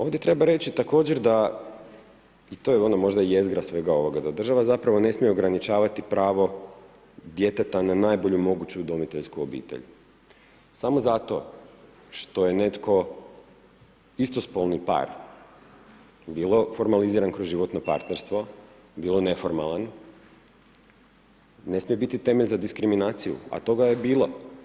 Ovdje treba reći također da i to je ono možda jezgra svega ovoga, da država zapravo ne smije ograničavati pravo djeteta na najbolju moguću udomiteljsku obitelj samo zato što je netko istospolni par bilo formaliziran kroz životno partnerstvo, bilo neformalan, ne smije biti temelj za diskriminaciju, a toga je bilo.